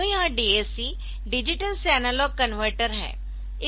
तो यह DAC digital से एनालॉग कनवर्टर है